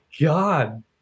God